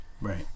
right